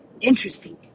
interesting